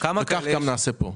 וכך נעשה גם פה.